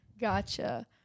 gotcha